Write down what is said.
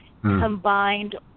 combined